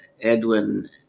Edwin